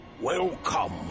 Welcome